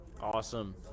awesome